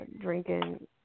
drinking